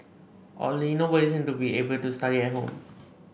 oddly nobody seemed to be able to study at home